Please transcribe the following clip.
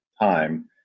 time